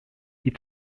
die